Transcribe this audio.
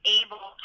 able